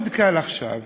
מאוד קל עכשיו